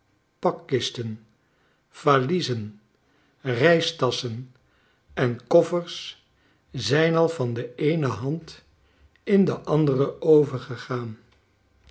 pakkisten valiezen reistasschen en koffers zijn al van de eene hand in de andere overgegaan